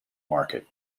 market